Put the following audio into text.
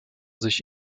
sich